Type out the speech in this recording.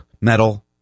metal